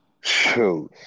Shoot